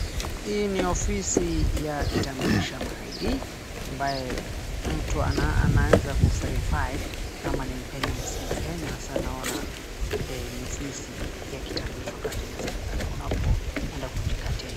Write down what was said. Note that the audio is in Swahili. Hii ni ofisi ya kitambulisho ama ID ambaye mtu anaweza kuverify kama ni mkenya ama si mkenya hasaa naona ni ofisi ya kitambuliso wakati naona hapo kwenda kujikatia.